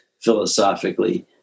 philosophically